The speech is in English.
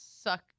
Suck